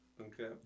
Okay